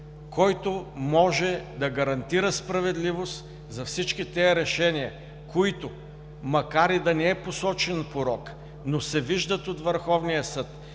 който може да гарантира справедливост за всички тези решения, които, макар и да не е посочен порокът, но се виждат от Върховния съд,